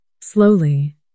Slowly